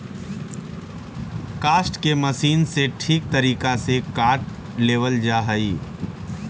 काष्ठ के मशीन से ठीक तरीका से काट लेवल जा हई